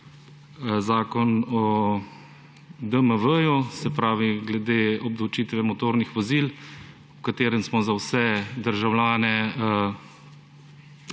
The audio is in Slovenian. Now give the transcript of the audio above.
Zakon o DMV, se pravi, glede obdavčitve motornih vozil, s katerim smo vse državljane